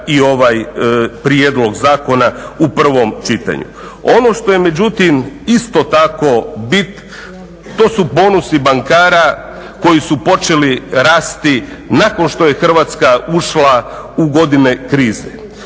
i ovaj prijedlog zakona u prvom čitanju. Ono što je međutim isto tako bit to su bonusi bankara koji su počeli rasti nakon što je Hrvatska ušla u godine krize.